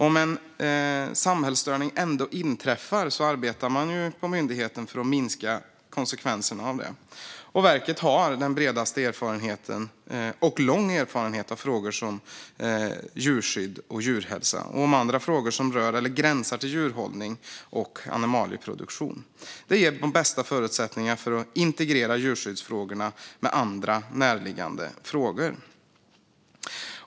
Om en samhällsstörning ändå inträffar arbetar man på myndigheten för att minska konsekvenserna av den. Verket har den bredaste erfarenheten - och lång erfarenhet - av frågor som djurskydd och djurhälsa och av andra frågor som rör eller gränsar till djurhållning och animalieproduktion. Det ger de bästa förutsättningarna för att integrera djurskyddsfrågorna med andra, närliggande frågor.